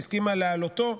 שהסכימה להעלותו.